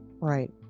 Right